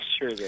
sure